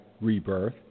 rebirth